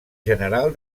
general